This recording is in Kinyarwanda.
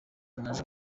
naje